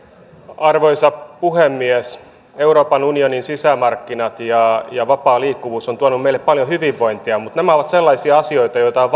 arvoisa puhemies euroopan unionin sisämarkkinat ja ja vapaa liikkuvuus ovat tuoneet meille paljon hyvinvointia mutta nämä ovat sellaisia asioita joita on